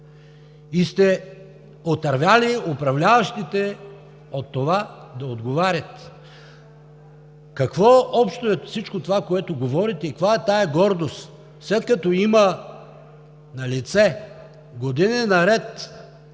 и сте отървали управляващите от това да отговарят. Какво е всичко това, което говорите? Каква е тази гордост, след като има налице години наред